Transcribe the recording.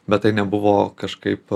bet tai nebuvo kažkaip